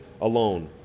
alone